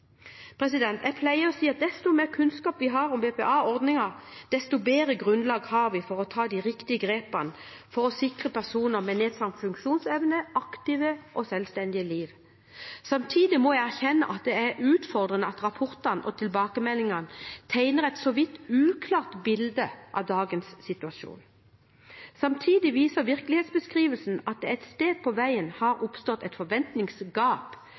Jeg pleier å si at desto mer kunnskap vi har om BPA-ordningen, desto bedre grunnlag har vi for å ta de riktige grepene for å sikre personer med nedsatt funksjonsevne aktive og selvstendige liv. Samtidig må jeg erkjenne at det er utfordrende at rapportene og tilbakemeldingene tegner et så vidt uklart bilde av dagens situasjon. Samtidig viser virkelighetsbeskrivelsen at det et sted på veien har oppstått et forventningsgap